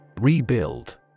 Rebuild